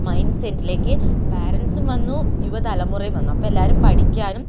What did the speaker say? mind സെറ്റിലേക്ക് പാരൻസും വന്നു യുവതലമുറയും വന്നു അപ്പം എല്ലാവരും പഠിക്കാനും